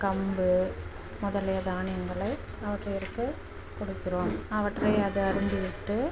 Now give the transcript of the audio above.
கம்பு முதலிய தானியங்களை அவற்றிற்கு கொடுக்கிறோம் அவற்றை அது அருந்திவிட்டு